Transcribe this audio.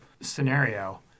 scenario